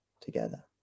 together